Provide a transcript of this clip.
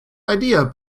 idea